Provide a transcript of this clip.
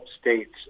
states